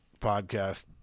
podcast